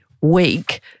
week